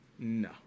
No